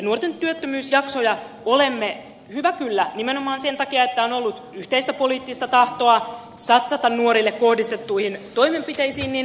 nuorten työttömyysjaksoja olemme hyvä kyllä nimenomaan sen takia että on ollut yhteistä poliittista tahtoa satsata nuorille kohdistettuihin toimenpiteisiin onnistuneet vähentämään